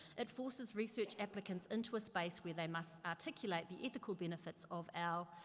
it forces research applicants into a space where they must articulate the ethical benefits of our,